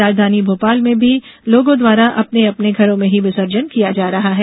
राजधानी भोपाल में भी लोगों द्वारा अपने अपने घरों में ही विसर्जन किया जा रहा है